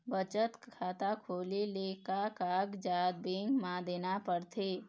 बचत खाता खोले ले का कागजात बैंक म देना पड़थे?